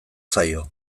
zaio